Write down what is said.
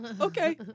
okay